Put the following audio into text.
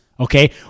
Okay